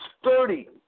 sturdy